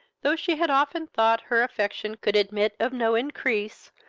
though she had often thought her affection could admit of no increase,